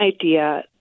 idea